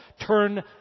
turn